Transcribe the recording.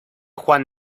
juan